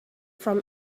from